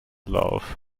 lauf